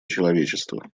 человечества